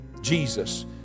Jesus